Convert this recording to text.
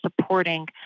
supporting